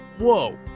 whoa